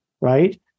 right